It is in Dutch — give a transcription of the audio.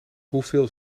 hoeveel